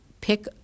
pick